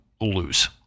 lose